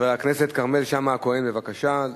בבקשה.